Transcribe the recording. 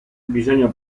bisogna